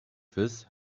this